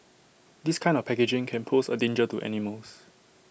this kind of packaging can pose A danger to animals